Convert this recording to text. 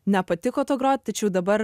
nepatiko tuo grot tačiau dabar